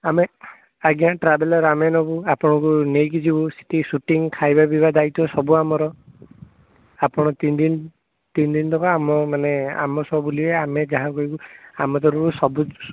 ଆମେ ଆଜ୍ଞା ଟ୍ରାଭେଲର୍ ଆମେ ନେବୁ ଆପଣଙ୍କୁ ନେଇକି ଯିବୁ ସିଠି ଶୂଟିଂ ଖାଇବା ପିଇବା ଦାୟିତ୍ଵ ସବୁ ଆମର ଆପଣ ତିନ୍ ଦିନ୍ ତିନ୍ ଦିନଯାକ ଆମ ମାନେ ଆମ ସହ ବୁଲିବେ ଆମେ ଯାହା କହିବୁ ଆମ ତରଫରୁ ସବୁକିଛି